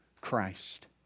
Christ